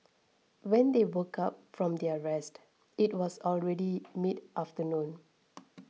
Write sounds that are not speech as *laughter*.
when they woke up from their rest it was already midafternoon *noise*